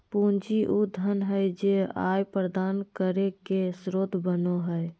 पूंजी उ धन हइ जे आय प्रदान करे के स्रोत बनो हइ